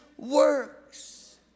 works